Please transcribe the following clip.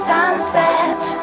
Sunset